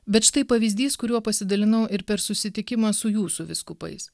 bet štai pavyzdys kuriuo pasidalinau ir per susitikimą su jūsų vyskupais